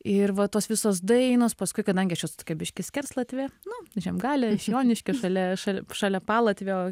ir va tos visos dainos paskui kadangi čia tokia biškį skerslatvė nu žiemgalė iš joniškyje šalia šalia šalia palatvio